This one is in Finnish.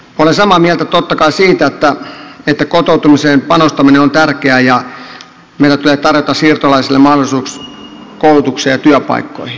olen samaa mieltä totta kai siitä että kotoutumiseen panostaminen on tärkeää ja meidän tulee tarjota siirtolaisille mahdollisuus koulutukseen ja työpaikkoihin